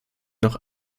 noch